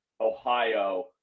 Ohio